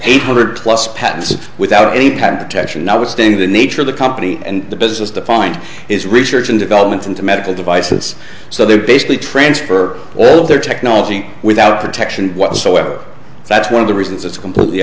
eight hundred plus patents without any patent protection i was doing the nature of the company and the business to find is research and development into medical devices so they're basically transfer all their technology without protection whatsoever that's one of the reasons it's completely